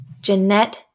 Jeanette